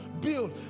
build